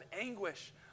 anguish